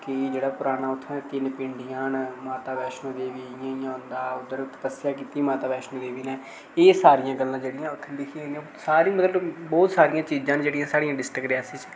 कि पराना जेह्ड़ा उत्थें तिन्न पिंडियां न माता बैष्णो देवी इ'यां इ'यां उद्धर तपस्सेआ कीती बैष्णो देवी ने एह् सारियां गल्लां जेह्ड़ियां उत्थें लिखियां गेदियां सारियां मतलब बौह्त सारियां चीजां न जेह्ड़ी साढ़ी डिस्टिक रियासी च